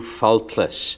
faultless